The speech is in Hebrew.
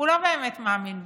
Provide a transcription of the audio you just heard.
הוא לא באמת מאמין בזה.